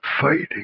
fighting